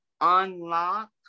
unlock